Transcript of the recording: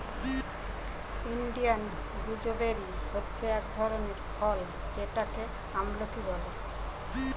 Indian gooseberry হচ্ছে এক ধরনের ফল যেটাকে আমলকি বলে